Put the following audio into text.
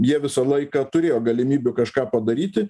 jie visą laiką turėjo galimybių kažką padaryti